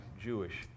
Jewish